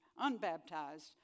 unbaptized